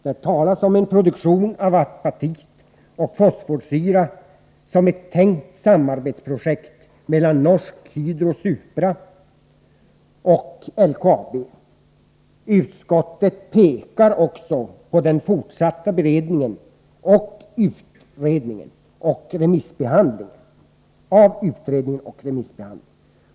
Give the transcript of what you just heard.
Där talas om en produktion av apatit och fosforsyra som ett tänkt samarbetsprojekt mellan Norsk Hydro/ SUPRA och LKAB. Utskottet pekar också på remissbehandlingen och den fortsatta beredningen av utredningen.